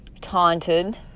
taunted